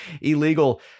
illegal